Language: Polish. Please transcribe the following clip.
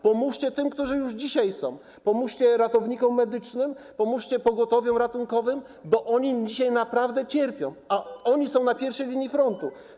Pomóżcie tym, którzy są już dzisiaj, pomóżcie ratownikom medycznym, pomóżcie pogotowiom ratunkowym, bo oni dzisiaj naprawdę cierpią, a oni są na pierwszej linii frontu.